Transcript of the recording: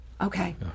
Okay